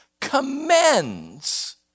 commends